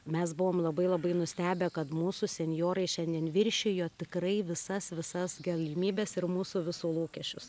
mes buvom labai labai nustebę kad mūsų senjorai šiandien viršijo tikrai visas visas galimybes ir mūsų visų lūkesčius